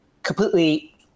completely